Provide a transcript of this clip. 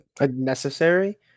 necessary